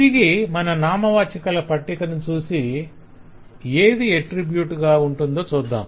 తిరిగి మన నామవాచకాల పట్టికను చూసి ఏది ఎట్త్రిబ్యూట్ గా ఉంటుందో చూద్దాం